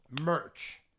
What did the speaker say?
merch